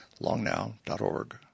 longnow.org